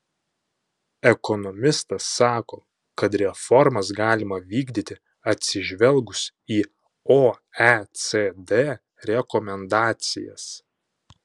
ekonomistas sako kad reformas galima vykdyti atsižvelgus į oecd rekomendacijas